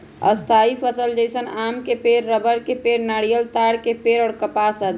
स्थायी फसल जैसन आम के पेड़, रबड़ के पेड़, नारियल, ताड़ के पेड़ और कपास आदि